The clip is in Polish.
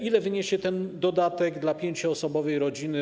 Ile wyniesie ten dodatek dla pięcioosobowej rodziny?